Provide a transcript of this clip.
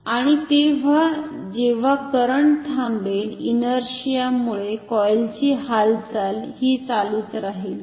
आणि तेव्हा जेव्हा करंट थांबेल इनरशिआमुळे कॉइलची हालचाल हि चालूच राहील